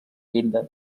llinda